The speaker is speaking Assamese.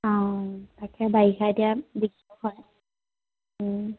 অ তাকে বাৰিষা এতিয়া বিক্ৰী হয়